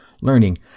learning